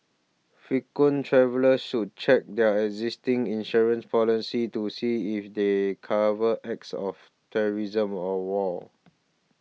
frequent travellers should check their existing insurance policies to see if they cover acts of terrorism or war